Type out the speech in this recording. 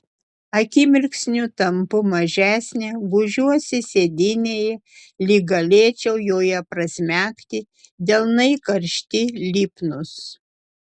akimirksniu tampu mažesnė gūžiuosi sėdynėje lyg galėčiau joje prasmegti delnai karšti lipnūs